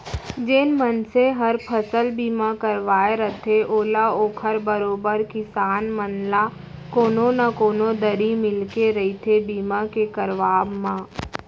जेन मनसे हर फसल बीमा करवाय रथे ओला ओकर बरोबर किसान मन ल कोनो न कोनो दरी मिलके रहिथे बीमा के करवाब म